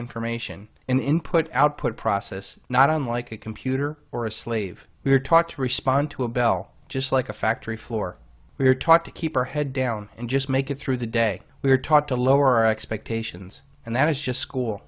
information input output process not unlike a computer or a slave we are taught to respond to a bell just like a factory floor we are taught to keep her head down and just make it through the day we are taught to lower our expectations and that is just school